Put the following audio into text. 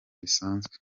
bisanzwe